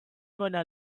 mona